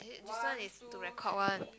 this one is to record one